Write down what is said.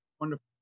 Wonderful